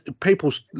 People's